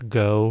go